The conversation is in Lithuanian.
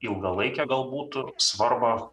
ilgalaikę galbūt svarbą